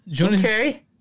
okay